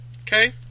Okay